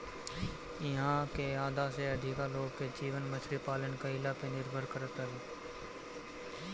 इहां के आधा से अधिका लोग के जीवन मछरी पालन कईला पे निर्भर करत हवे